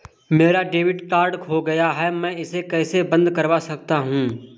मेरा debit card खो गया है मैं इसे कैसे बंद करवा सकता हूँ?